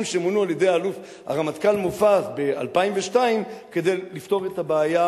שמונו על-ידי הרמטכ"ל מופז ב-2002 כדי לפתור את הבעיה